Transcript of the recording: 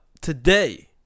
today